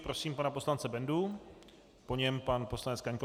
Prosím pana poslance Bendu, po něm pan poslanec Kaňkovský.